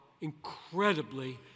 incredibly